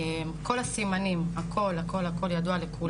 כל הסימנים היו ידועים לכולם.